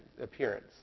appearance